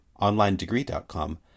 OnlineDegree.com